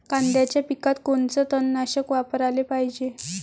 कांद्याच्या पिकात कोनचं तननाशक वापराले पायजे?